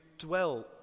dwell